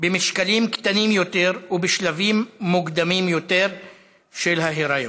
במשקלים קטנים יותר ובשלבים מוקדמים יותר של ההיריון.